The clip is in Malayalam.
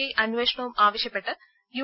ഐ അന്വേഷണവും ആവശ്യപ്പെട്ട് യു